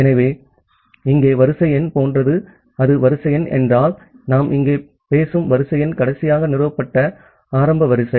ஆகவே இங்கே வரிசை எண் போன்றது அது வரிசை எண் என்றால் நாம் இங்கு பேசும் வரிசை எண் கடைசியாக நிறுவப்பட்ட ஆரம்ப வரிசை